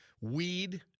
Weed